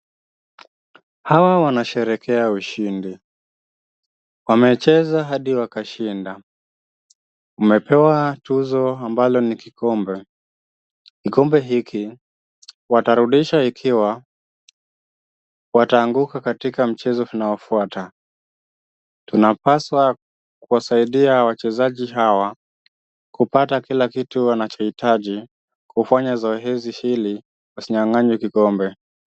Hawa wanasherekea ushindi, wamecheza hadi wakashinda, wamepewa tuzo ambalo ni kikombe. Kikombe hiki watarudisha ikiwa wataanguka katika mchezo unaofuata. Tunapaswa kuwasaidia wachezaji hawa kupata kila kitu wanachohitaji kufanya zoezi hili wasinyang'anywe kikombe.